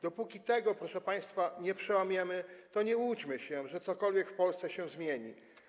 Dopóki tego, proszę państwa, nie przełamiemy, to nie łudźmy się, że cokolwiek w Polsce się zmieni.